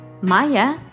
Maya